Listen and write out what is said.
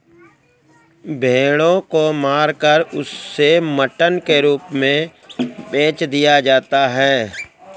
भेड़ों को मारकर उसे मटन के रूप में बेच दिया जाता है